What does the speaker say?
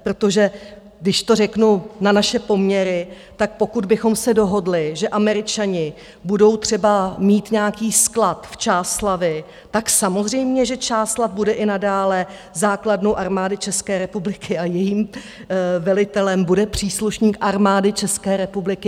Protože když to řeknu na naše poměry, tak pokud bychom se dohodli, že Američani budou třeba mít nějaký sklad v Čáslavi, tak samozřejmě že Čáslav bude i nadále základnou Armády České republiky a jejím velitelem bude příslušník Armády České republiky.